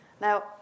Now